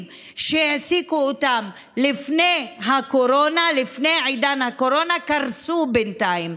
שהעסיקו אותם לפני עידן הקורונה קרסו בינתיים.